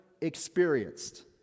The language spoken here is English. experienced